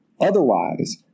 Otherwise